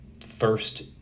first